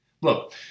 Look